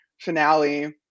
finale